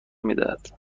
میدهد